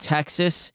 Texas